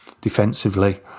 defensively